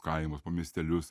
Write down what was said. kaimus po miestelius